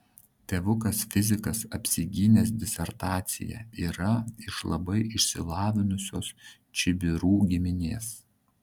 tėvukas fizikas apsigynęs disertaciją yra iš labai išsilavinusios čibirų giminės